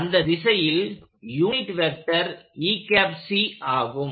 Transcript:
அந்த திசையில் unit vector ஆகும்